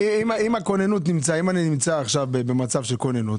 אם אני נמצא עכשיו במצב של כוננות,